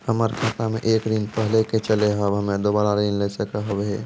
हमर खाता मे एक ऋण पहले के चले हाव हम्मे दोबारा ऋण ले सके हाव हे?